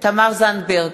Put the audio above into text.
תמר זנדברג,